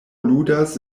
ludas